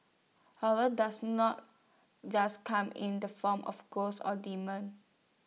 horror does not just come in the form of ghosts or demons